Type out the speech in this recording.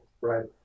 Right